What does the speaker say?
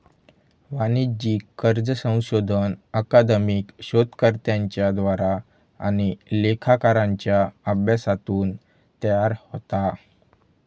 वाणिज्यिक कर्ज संशोधन अकादमिक शोधकर्त्यांच्या द्वारा आणि लेखाकारांच्या अभ्यासातून तयार होता